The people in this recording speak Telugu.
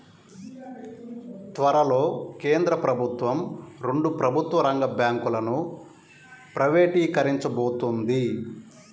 త్వరలో కేంద్ర ప్రభుత్వం రెండు ప్రభుత్వ రంగ బ్యాంకులను ప్రైవేటీకరించబోతోంది